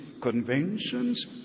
conventions